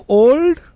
old